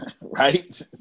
right